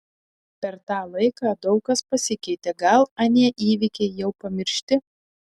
per tą laiką daug kas pasikeitė gal anie įvykiai jau pamiršti